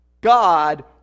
God